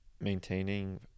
maintaining